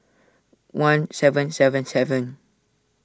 one seven seven seven